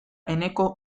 eneko